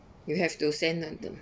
you have to send them to